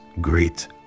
great